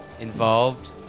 involved